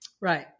right